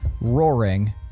roaring